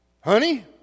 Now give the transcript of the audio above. Honey